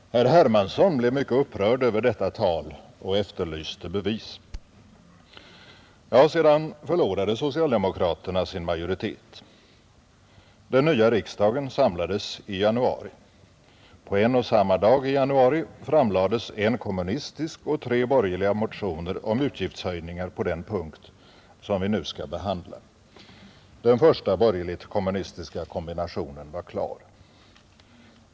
Herr Hermansson i Stockholm blev mycket upprörd över detta tal och efterlyste bevis. Sedan förlorade socialdemokraterna sin majoritet. den nya riksdagen samlades i januari. På en och samma dag i januari framlades en kommunistisk och tre borgerliga motioner om utgiftshöjningar på den punkt som vi nu skall behandla. Den första borgerligt-kommunistiska kombinationen var klar.